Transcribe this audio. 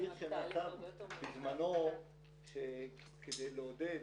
שהתהליך שנעשה בזמנו כדי לעודד,